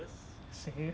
safe